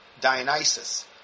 Dionysus